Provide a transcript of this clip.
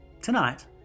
Tonight